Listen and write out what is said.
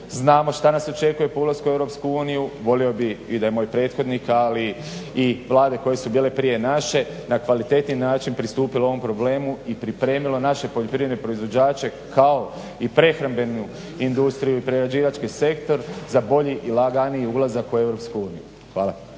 smo što nas očekuje po ulasku u EU. Volio bih da je i moj prethodnik, ali i vlade koje su bile prije naše na kvalitetniji način pristupile ovom problemu i pripremilo naše poljoprivredne proizvođače kao i prehrambenu industriju i prerađivački sektor za bolji i laganiji ulazak u EU. Hvala.